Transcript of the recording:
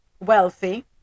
wealthy